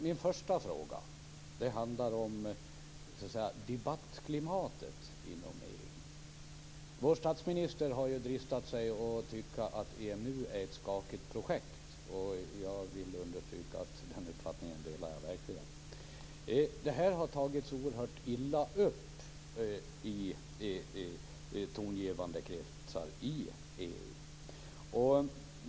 Min första fråga handlar om debattklimatet inom EU. Vår statsminister har dristat sig att tycka att EMU är ett skakigt projekt, och den uppfattningen delar jag verkligen. Tongivande kretsar i EU har tagit oerhört illa upp för detta.